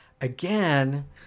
again